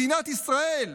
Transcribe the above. מדינת ישראל,